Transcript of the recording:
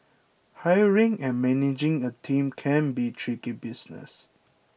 hiring and managing a team can be tricky business